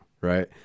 right